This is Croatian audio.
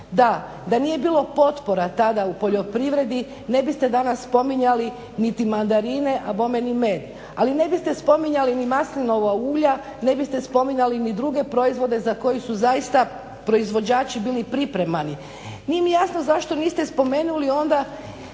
Da, da nije bilo potpora tada u poljoprivredi ne biste danas spominjali niti mandarine, a bome ni med. Ali ne biste spominjali ni maslinova ulja, ne biste spominjali ni druge proizvode za koje su zaista proizvođači bili pripremani. Nije mi jasno zašto niste spomenuli onda